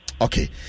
Okay